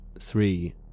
three